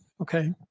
Okay